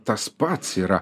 tas pats yra